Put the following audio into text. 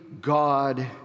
God